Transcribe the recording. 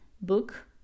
book